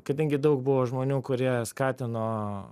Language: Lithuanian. kadangi daug buvo žmonių kurie skatino